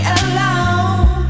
alone